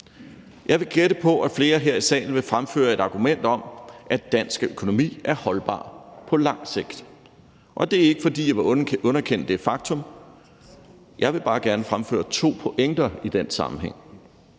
Jeg vil gætte på, at flere her i salen vil fremføre et argument om, at dansk økonomi er holdbar på lang sigt. Og det er ikke, fordi jeg vil underkende det faktum; jeg vil bare gerne fremføre to pointer i den sammenhæng.